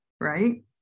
right